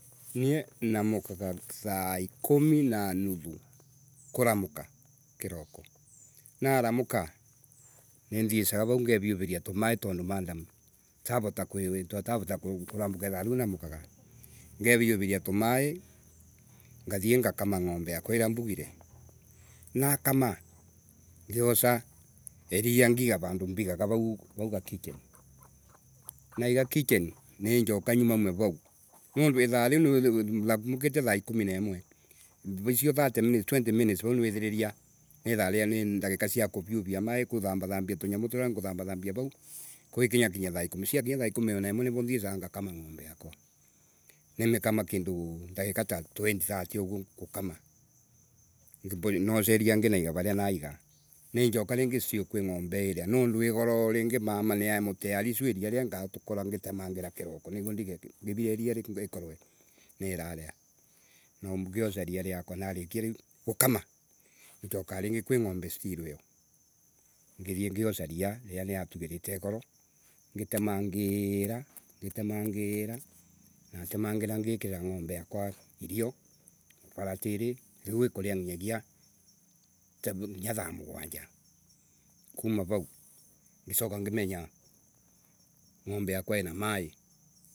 Nindumire kanyamu kundu Fulani kundu Fulaniii kogoo wana mwana uyu wana ukindndethagia, wanani nimwitethiu. Na kwiragwa wana urege mutethua nwanginga uhorwe wi tethetie, mbere ya ugatethua. Kaguo. Nwanginya mbere wi thondeke. Warega kwi thondeka ukarumana irumi, iria itakanyitana. Now ciana ciakutondu niwa igire, uirumane, uringaringe maru, no niwe watumire kuringaringa mau maru nundu niwe werigirwe, ukiira, ukiona nirako ugatura wikari uguo. Koguo riria wi mwithi, ithondekere maisa maku, mau ukaria ruyi ciana ino winacio, cienda kukagutethia niikagutethia. Wana mwana ucio twa lazima akorwe ati nwangurere. Wanani anga ndigirirwe gukowa ng- ngikura Ni ta raara waku Ugiuka, kamuthee niata Aargh, umuthi uca gakiri kau wanae mwari uthii ukiricaga. Itondu kuriragwa utethagua witethetie